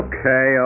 Okay